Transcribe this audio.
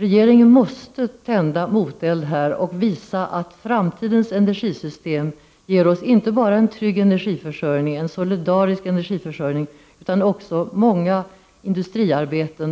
Regeringen måste här tända moteld och visa att framtidens energisystem inte bara ger oss en trygg, solidarisk energiförsörjning utan också många industriarbeten